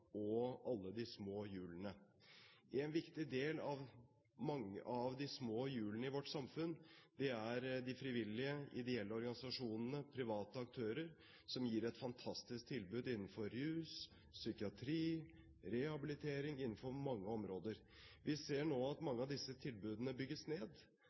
og alle de små hjulene. En viktig del av de små hjulene i vårt samfunn er de frivillige ideelle organisasjonene, private aktører, som gir et fantastisk tilbud innenfor rus, psykiatri, rehabilitering – innenfor mange områder. Vi ser nå at mange av disse tilbudene bygges ned,